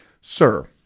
Sir